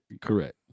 Correct